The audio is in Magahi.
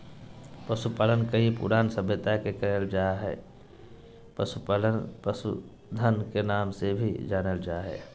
पशुपालन कई पुरान सभ्यता से करल जा रहल हई, पशुपालन पशुधन के नाम से भी जानल जा हई